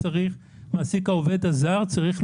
צריכה